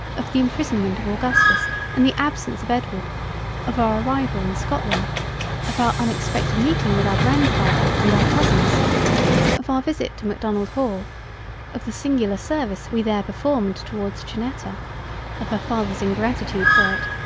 of the imprisonment of augustus and the absence of edward of our arrival in scotland of our unexpected meeting with our grand-father and our cousins of our visit to macdonald-hall of the singular service we there performed towards janetta of her fathers ingratitude for it.